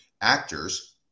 actors